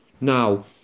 Now